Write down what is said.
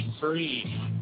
free